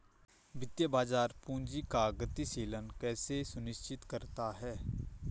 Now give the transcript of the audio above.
वित्तीय बाजार पूंजी का गतिशीलन कैसे सुनिश्चित करता है?